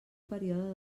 període